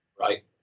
Right